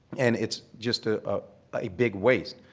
and it's just ah ah a big waste.